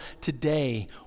today